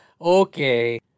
Okay